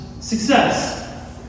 Success